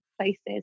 places